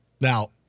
Now